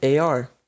AR